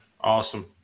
Awesome